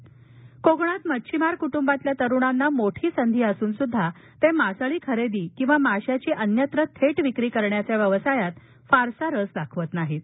मच्छीमार सिंधदर्ग कोकणात मच्छीमार कुटुंबातल्या तरुणांना मोठी संधी असूनसुद्धा ते मासळी खरेदी आणि माशाची अन्यत्र थेट विक्री करण्याच्या व्यवसायात फारसां रस दाखवत नाहीत